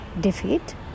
defeat